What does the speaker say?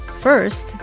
First